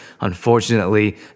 Unfortunately